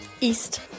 East